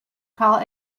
call